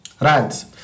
Right